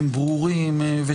הם ברורים,